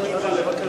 אני אוכל לבקש.